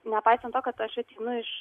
nepaisant to kad aš ateinu iš